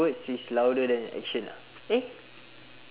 mm okay okay I understand I understand